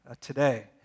today